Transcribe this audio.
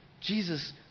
Jesus